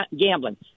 gambling